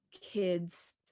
kids